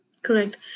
Correct